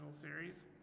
series